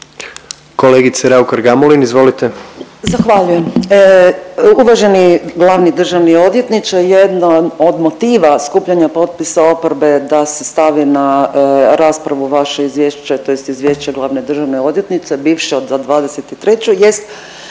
izvolite. **Raukar-Gamulin, Urša (Možemo!)** Zahvaljujem. Poštovani glavni državni odvjetniče jedno od motiva skupljanja potpisa oporbe je da se stavi na raspravu vaše izvješće tj. Izvješće glavne državne odvjetnice za '23. jest